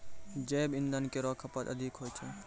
जैव इंधन केरो खपत अधिक होय छै